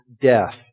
death